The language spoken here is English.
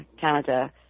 Canada